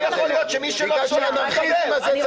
את רוצה שאני אענה לזה?